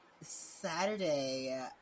Saturday